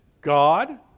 God